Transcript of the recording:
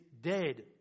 dead